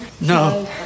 No